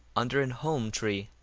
under an holm tree.